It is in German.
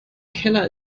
keller